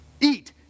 Eat